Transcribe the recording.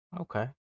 Okay